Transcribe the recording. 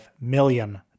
million